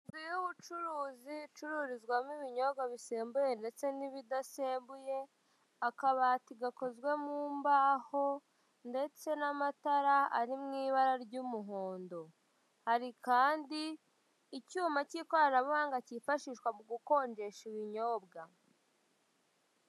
Inzu y'ubucuruzi icururizwamo ibinyobwa bisembuye n'ibidasembuye, akabati gakozwe mu mbaho ndetse n'amatara ari mu ibara ry'umuhondo, hari kandi icyuma k'ikoranabuhanga kifashishwa mu gukonjesha ibinyobwa.